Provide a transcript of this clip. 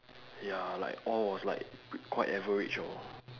ya like all was like pr~ quite average lor